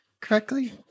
correctly